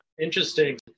Interesting